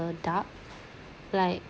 a dark like